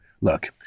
look